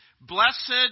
Blessed